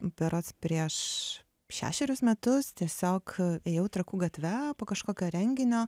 berods prieš šešerius metus tiesiog ėjau trakų gatve po kažkokio renginio